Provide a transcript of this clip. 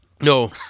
No